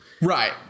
Right